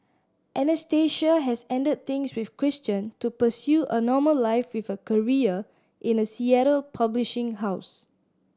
Anastasia has ended things with Christian to pursue a normal life with a career in a Seattle publishing house